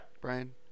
Brian